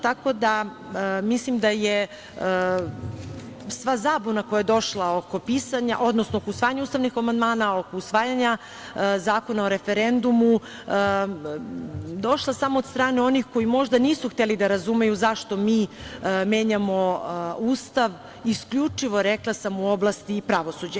Tako da, mislim da je sva zabuna koja je došla oko usvajanja ustavnih amandmana, oko usvajanja Zakona o referendumu došla samo od strane onih koji možda nisu hteli da razumeju zašto mi menjamo Ustav, isključivo, rekla sam, u oblasti pravosuđa.